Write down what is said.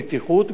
בטיחות,